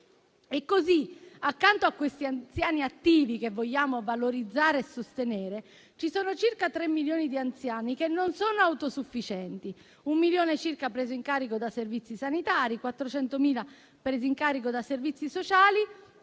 E così accanto a questi anziani attivi che vogliamo valorizzare e sostenere ci sono circa 3 milioni di anziani che non sono autosufficienti, un milione circa preso in carico da servizi sanitari, 400.000 presi in carico da servizi sociali,